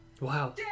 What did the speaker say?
Wow